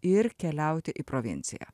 ir keliauti į provinciją